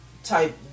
Type